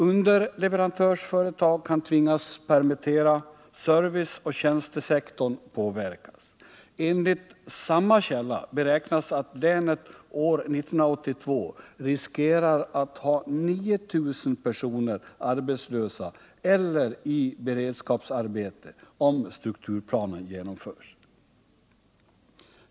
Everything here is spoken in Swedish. Underleverantörsföretag kan tvingas permittera, serviceoch tjänstesektorn påverkas. Enligt samma källa beräknas att länet år 1982 riskerar att ha 9 000 personer arbetslösa eller i beredskapsarbete om strukturplanen genomförs.